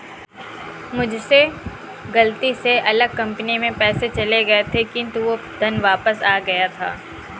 मुझसे गलती से अलग कंपनी में पैसे चले गए थे किन्तु वो धन वापिस आ गया था